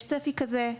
יש צפי כזה?